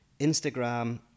Instagram